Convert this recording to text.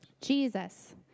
Jesus